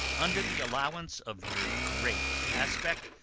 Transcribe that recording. under the allowance of your great aspect,